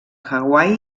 hawaii